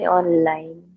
online